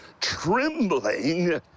trembling